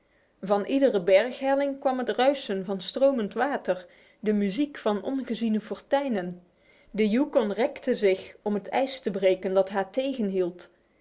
van iedere berghelling kwam het ruisen van stromend water de muziek van ongeziene fonteinen de yukon rekte zich om het ijs te breken dat haar